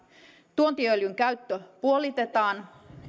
tuontiöljyn käyttö puolitetaan